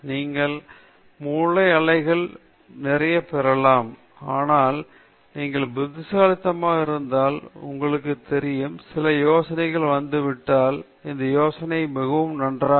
நீங்கள் மூளை அலைகள் நிறைய பெறலாம் ஆனால் நீங்கள் புத்திசாலியாக இருந்தால் உங்களுக்கு தெரியும் சரி சில யோசனைகள் வந்துவிட்டால் இந்த யோசனை மிகவும் நன்றாக இல்லை